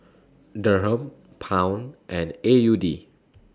Dirham Pound and A U D